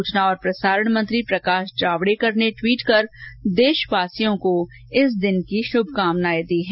सूचना और प्रसारण मंत्री प्रकाश जावेड़कर ने ट्वीट कर देशवासियों को शुभकानाएं दी है